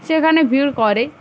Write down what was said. সেখানে ভিড় করে